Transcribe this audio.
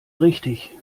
richtig